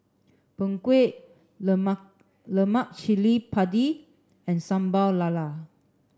Png Kueh Lemak Cili Padi and Sambal Lala